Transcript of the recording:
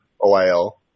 O-I-L